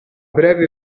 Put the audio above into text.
breve